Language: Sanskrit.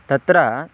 तत्र